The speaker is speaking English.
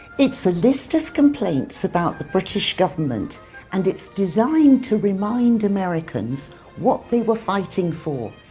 it's a list of complaints about the british government and it's designed to remind americans what they were fighting for.